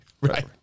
Right